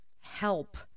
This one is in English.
help